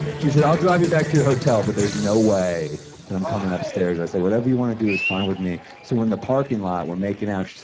she said, i'll drive you back to your hotel, but there's no way that i'm coming upstairs. i said, whatever you want to do is fine with me. so, in the parking lot, we're making out. she said,